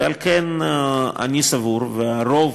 ועל כן אני סבור, ורוב